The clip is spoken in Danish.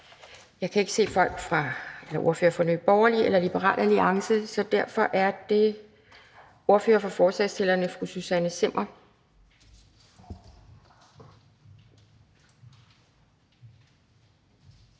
Jeg kan ikke se ordførerne fra Nye Borgerlige og Liberal Alliance, så derfor er det ordføreren for forslagsstillerne, fru Susanne Zimmer.